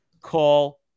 call